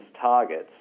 targets